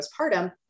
postpartum